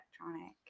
electronic